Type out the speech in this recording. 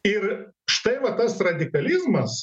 ir štai va tas radikalizmas